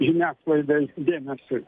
žiniasklaidai dėmesiui